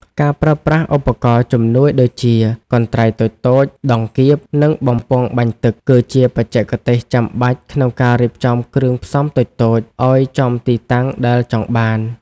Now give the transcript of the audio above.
ការប្រើប្រាស់ឧបករណ៍ជំនួយដូចជា កន្ត្រៃតូចៗ ដង្កៀប និងបំពង់បាញ់ទឹក គឺជាបច្ចេកទេសចាំបាច់ក្នុងការរៀបចំគ្រឿងផ្សំតូចៗឱ្យចំទីតាំងដែលចង់បាន។